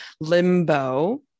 limbo